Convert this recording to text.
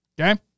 Okay